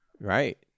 Right